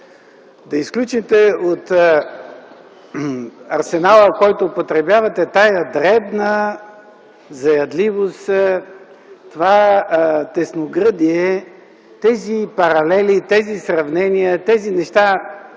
да изключите от арсенала, който употребявате, тая дребна заядливост, това тесногръдие, тези паралели, тези сравнения, тези неща.